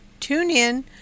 TuneIn